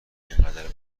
اینقدر